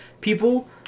people